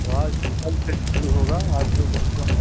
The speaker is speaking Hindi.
तो आज नहीं कल से ही शुरू होगा आज तो कम से कम